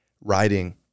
writing